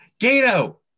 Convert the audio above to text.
gato